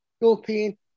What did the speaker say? European